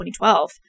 2012